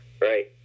Right